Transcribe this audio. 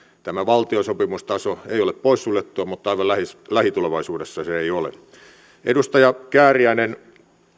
tämä valtiosopimustaso ei ole poissuljettua mutta aivan lähitulevaisuudessa se ei ole edustaja kääriäinen